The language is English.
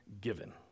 given